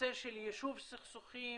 בנושא של יישוב סכסוכים